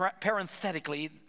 Parenthetically